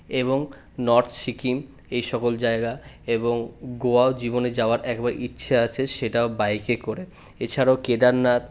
এবং নর্থ সিকিম এই সকল জায়গা এবং গোয়াও জীবনে যাওয়ার একবার ইচ্ছে আছে সেটাও বাইকে করে এছাড়াও কেদারনাথ